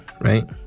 Right